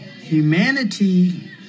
humanity